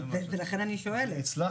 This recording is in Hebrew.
ולכן אני שואלת.